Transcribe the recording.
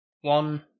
one